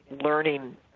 learning